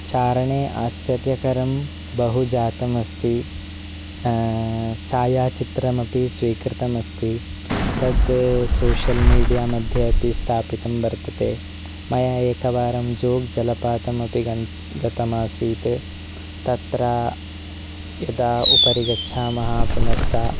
चारणे आश्चर्यकरं बहु जातम् अस्ति छायाचित्रमपि स्वीकृतमस्ति तत् सोशियल् मीडिया मध्ये अपि स्थापितं वर्तते मया एकवारं जोग्जलपातमपि गन् गतमासीत् तत्र यदा उपरि गच्छामः पुनश्च